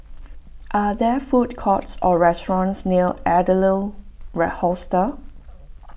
are there food courts or restaurants near Adler red Hostel